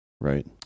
right